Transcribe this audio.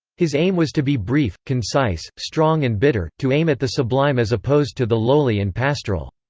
his aim was to be brief, concise, strong and bitter, to aim at the sublime as opposed to the lowly and pastoral.